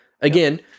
Again